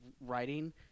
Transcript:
writing